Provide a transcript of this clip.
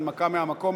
הנמקה מהמקום.